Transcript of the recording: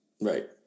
Right